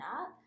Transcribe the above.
up